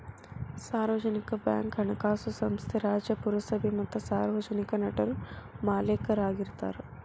ಸಾರ್ವಜನಿಕ ಬ್ಯಾಂಕ್ ಹಣಕಾಸು ಸಂಸ್ಥೆ ರಾಜ್ಯ, ಪುರಸಭೆ ಮತ್ತ ಸಾರ್ವಜನಿಕ ನಟರು ಮಾಲೇಕರಾಗಿರ್ತಾರ